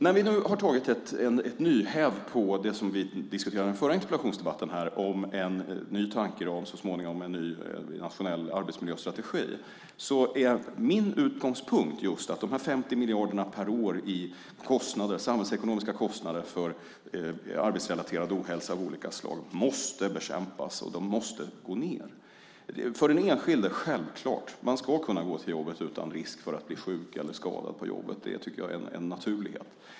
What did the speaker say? När vi nu har tagit ett nyhäv på det som vi diskuterade i den förra interpellationsdebatten om en ny tankeram och så småningom en ny nationell arbetsmiljöstrategi är min utgångspunkt att de 50 miljarderna per år i samhällsekonomiska kostnader för arbetsrelaterad ohälsa av olika slag måste bekämpas. De måste gå ned. För det första gäller det den enskilde. Det är självklart att man ska kunna gå till jobbet utan risk för att bli sjuk eller skadad på jobbet. Det tycker jag är en naturlighet.